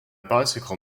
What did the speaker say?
bicycle